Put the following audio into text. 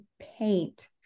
paint